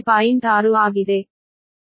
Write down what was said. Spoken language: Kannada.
6 ಆಗಿದೆ